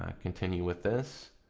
continue with this.